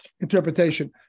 interpretation